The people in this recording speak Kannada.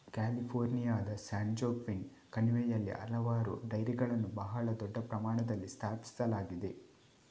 ಕ್ಯಾಲಿಫೋರ್ನಿಯಾದ ಸ್ಯಾನ್ಜೋಕ್ವಿನ್ ಕಣಿವೆಯಲ್ಲಿ ಹಲವಾರು ಡೈರಿಗಳನ್ನು ಬಹಳ ದೊಡ್ಡ ಪ್ರಮಾಣದಲ್ಲಿ ಸ್ಥಾಪಿಸಲಾಗಿದೆ